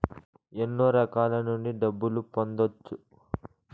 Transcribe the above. ఎన్నో రకాల నుండి డబ్బులు పొందొచ్చు